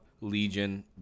Legion